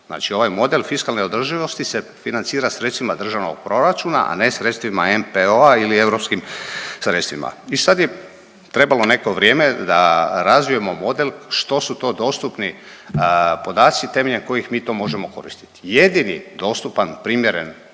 Znači ovaj mode fiskalne održivosti se financira sredstvima državnog proračuna, a ne sredstvima NPO-a ili europskim sredstvima. I sad je trebalo neko vrijeme da razvijemo model što su to dostupni podaci temeljem kojih mi to možemo koristiti. Jedini dostupan primjeren